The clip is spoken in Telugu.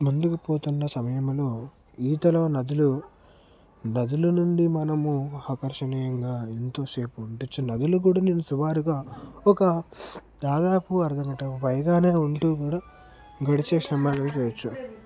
ముందుకు పోతున్న సమయములో ఈతలో నదులు నదుల నుండి మనము ఆకర్షణీయంగా ఎంతసేపు ఉండవచ్చు నదులు కూడా నేను సుమారుగా ఒక దాదాపు అర్థగంట పైగానే ఉంటూ కూడా గడిచే సమయాన్ని చేయవచ్చు